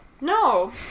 no